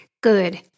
good